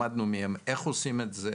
למדנו מהם איך עושים את זה.